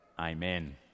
Amen